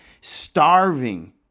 starving